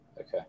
Okay